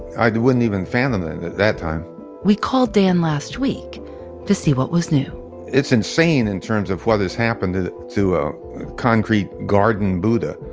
i wouldn't even fathom it at that time we called dan last week to see what was new it's insane in terms of what has happened to to a concrete garden buddha